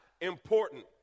important